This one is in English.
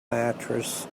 mattress